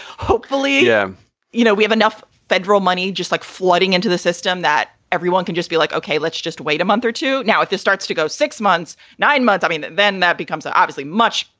hopefully, yeah you know, we have enough federal money just like flooding into the system that everyone can just be like, okay, let's just wait a month or two. now, if this starts to go six months, nine months, i mean, then that becomes a obviously much,